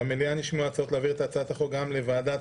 במליאה נשמעו הצעות להעביר את הצעת החוק גם לוועדת